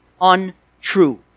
untrue